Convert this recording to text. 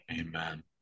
Amen